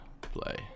play